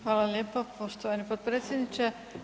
Hvala lijepo poštovani potpredsjedniče.